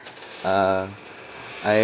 uh I